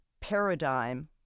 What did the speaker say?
paradigm